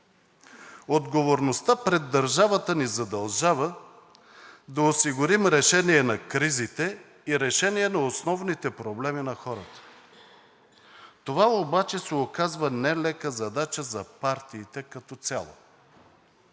Отговорността пред държавата ни задължава да осигурим решение на кризите и решение на основните проблеми на хората. Това обаче се оказва нелека задача за партиите като цяло.